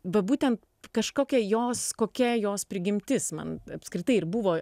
va būtent kažkokia jos kokia jos prigimtis man apskritai ir buvo